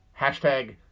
Hashtag